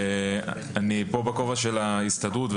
אני פה בכובע של ההסתדרות,